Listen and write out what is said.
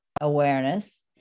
awareness